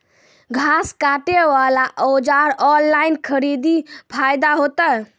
घास काटे बला औजार ऑनलाइन खरीदी फायदा होता?